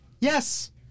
Yes